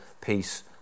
peace